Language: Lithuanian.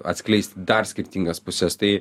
atskleist dar skirtingas puses tai